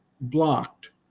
blocked